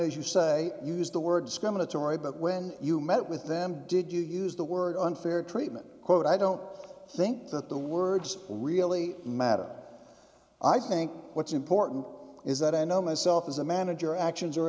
as you say use the word discriminatory but when you met with them did you use the word unfair treatment quote i don't think that the words really matter that i think what's important is that i know myself as a manager actions